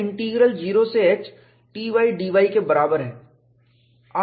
यह इंटीग्रल 0 से h Ty d y के बराबर है